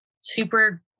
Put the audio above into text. super